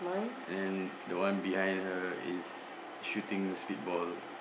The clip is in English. and then the one behind he is shooting speed ball